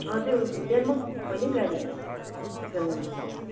हजुर बिहान बहिनी गाडी चिकनको